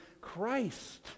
Christ